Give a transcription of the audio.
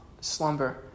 slumber